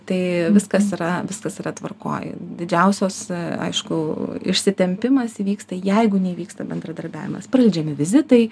tai viskas yra viskas yra tvarkoj didžiausios aišku išsitempimas įvyksta jeigu neįvyksta bendradarbiavimas praleidžiami vizitai